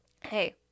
hey